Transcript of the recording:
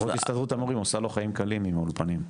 הסתדרות המורים עושה לו חיים קלים עם האולפנים.